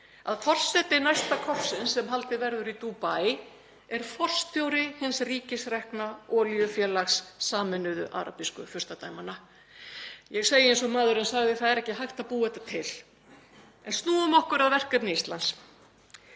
að forseti næsta COP, sem haldið verður í Dubai, er forstjóri hins ríkisrekna olíufélags Sameinuðu arabísku furstadæmanna. Ég segi eins og maðurinn sagði: Það er ekki hægt að búa þetta til. En snúum okkur að verkefni Íslands.